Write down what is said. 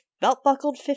belt-buckled